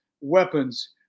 weapons